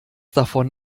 davon